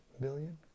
billion